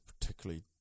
particularly